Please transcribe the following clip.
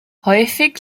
häufig